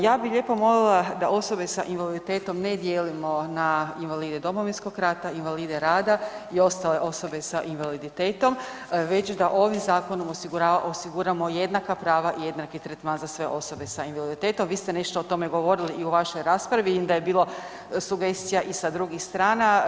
Ja bih lijepo milila da osobe sa invaliditetom ne dijelimo na invalide Domovinskog rata, invalide rada i ostale osobe s invaliditetom, već da ovim zakonom osiguramo jednaka prava i jednaki tretman za sve osobe sa invaliditetom, vi ste nešto o tome govorili i u vašoj raspravi, vidim da je bilo sugestija i sa drugih strana.